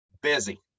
busy